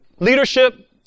Leadership